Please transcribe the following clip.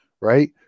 right